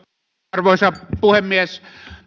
arvoisa puhemies